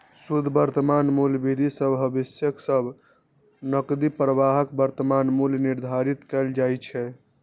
शुद्ध वर्तमान मूल्य विधि सं भविष्यक सब नकदी प्रवाहक वर्तमान मूल्य निर्धारित कैल जाइ छै